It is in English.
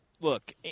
look